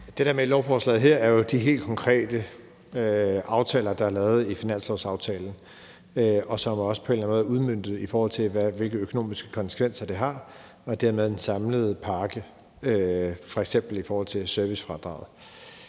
der er med i lovforslaget her, er jo de helt konkrete aftaler, der er lavet i finanslovsaftalen, og som også på en eller anden måde er udmøntet, i forhold til hvilke økonomiske konsekvenser det har, og dermed den samlede pakke, f.eks. i forhold til servicefradraget.